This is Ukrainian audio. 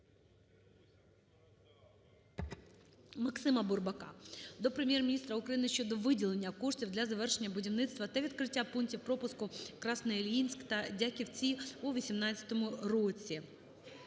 МаксимаБурбака до Прем'єр-міністра України щодо виділення коштів для завершення будівництва та відкриття пунктів пропуску "Красноїльськ" та "Дяківці" у 18-му році.